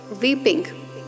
weeping